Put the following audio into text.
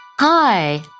Hi